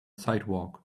sidewalk